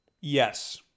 Yes